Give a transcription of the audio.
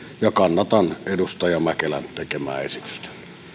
ja kannatan edustaja mäkelän tekemää esitystä